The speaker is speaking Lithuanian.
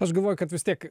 aš galvoju kad vis tiek